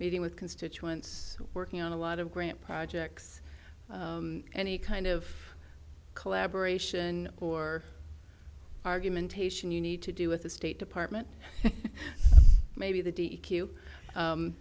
meeting with constituents working on a lot of grant projects any kind of collaboration or argumentation you need to do with the state department maybe the